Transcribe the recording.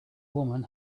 woman